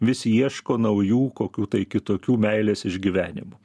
vis ieško naujų kokių tai kitokių meilės išgyvenimų